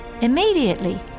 Immediately